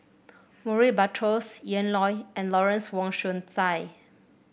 Murray Buttrose Ian Loy and Lawrence Wong Shyun Tsai